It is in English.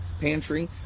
pantry